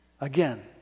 Again